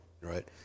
Right